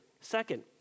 Second